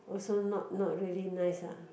also not not really nice ah